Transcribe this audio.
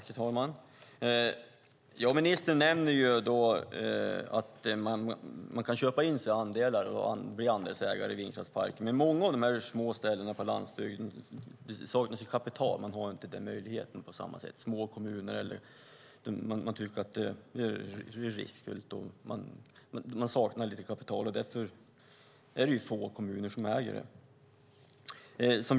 Herr talman! Ministern nämner att man kan köpa in sig och bli andelsägare i vindkraftsparker, men på många av de små ställena på landsbygden saknas det kapital. Man har inte den möjligheten. Små kommuner tycker att det är riskfyllt. Man saknar kapital, och därför är det få kommuner som gör det.